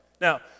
Now